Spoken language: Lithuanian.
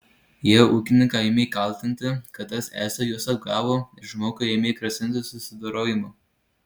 jie ūkininką ėmė kaltinti kad tas esą juos apgavo ir žmogui ėmė grasinti susidorojimu